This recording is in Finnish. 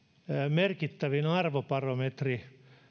merkittävin arvobarometri